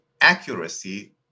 accuracy